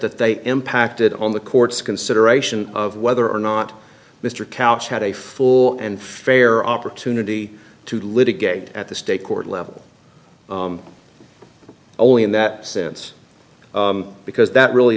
that they impacted on the court's consideration of whether or not mr couch had a full and fair opportunity to litigate at the state court level only in that sense because that really